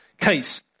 case